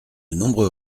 nombreux